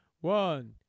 One